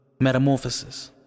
metamorphosis